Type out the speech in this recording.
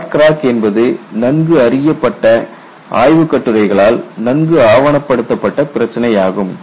short crack என்பது நன்கு அறியப்பட்ட ஆய்வுக்கட்டுரைகளால் நன்கு ஆவணப்படுத்தப்பட்ட பிரச்சினை ஆகும்